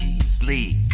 sleep